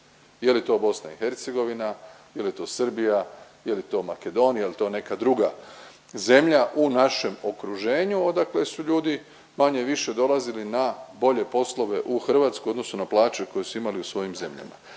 Je li to Bosna i Hercegovina, je li to Srbija, je li to Makedonija, je li to neka druga zemlja u našem okruženju odakle su ljudi manje-više dolazili na bolje poslove u Hrvatsku u odnosu na plaće koje su imali u svojim zemljama.